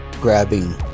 grabbing